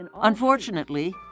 Unfortunately